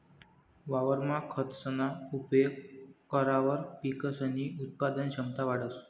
वावरमा खतसना उपेग करावर पिकसनी उत्पादन क्षमता वाढंस